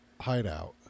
hideout